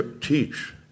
teach